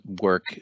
work